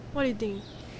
what you think